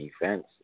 events